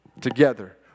together